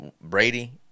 Brady